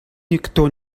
никто